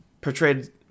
portrayed